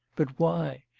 but why?